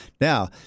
Now